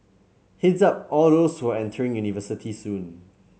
head's up all those who are entering university soon